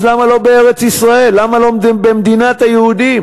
אז למה לא בארץ-ישראל, למה לא במדינת היהודים?